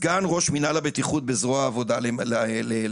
סגן ראש מנהל הבטיחות בזרוע העבודה לשעבר,